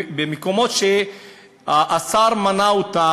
במקומות שהשר מנה אותם,